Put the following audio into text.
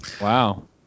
Wow